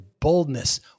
boldness